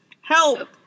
Help